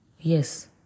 Yes